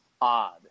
odd